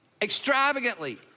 extravagantly